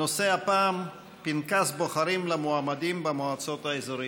הנושא הפעם: פנקס בוחרים למועמדים במועצות האזוריות.